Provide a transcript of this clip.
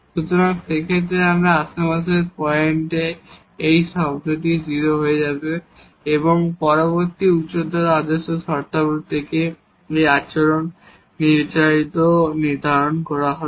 সুতরাং সেই ক্ষেত্রে আশেপাশের সমস্ত পয়েন্টে এই টার্মটি 0 হয়ে যাবে এবং পরবর্তী উচ্চতর আদেশের শর্তাবলী থেকে আচরণ নির্ধারণ করা হবে